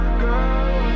girl